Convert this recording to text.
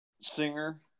singer